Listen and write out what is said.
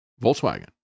Volkswagen